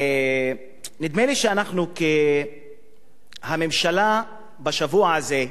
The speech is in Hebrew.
נדמה לי שהממשלה בשבוע הזה,